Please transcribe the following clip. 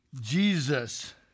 Jesus